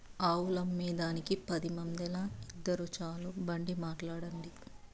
ఆవులమ్మేదానికి పది మందేల, ఇద్దురు చాలు బండి మాట్లాడండి